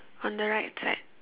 on the right side